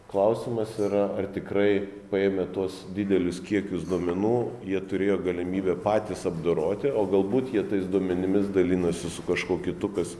klausimas yra ar tikrai paėmę tuos didelius kiekius duomenų jie turėjo galimybę patys apdoroti o galbūt jie tais duomenimis dalinosi su kažkuo kitu kas